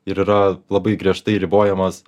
ir yra labai griežtai ribojamas